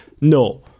no